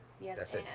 Yes